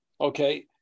Okay